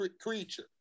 creature